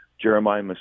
Jeremiah